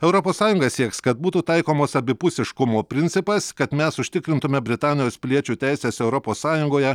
europos sąjunga sieks kad būtų taikomos abipusiškumo principas kad mes užtikrintume britanijos piliečių teises europos sąjungoje